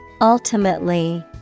Ultimately